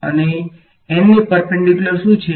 અને n ને perpendicular શું છે